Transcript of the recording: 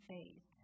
Faith